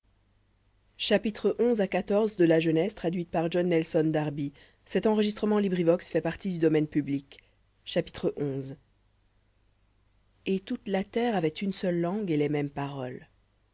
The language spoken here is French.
et toute la terre avait une seule langue et les mêmes paroles